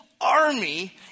army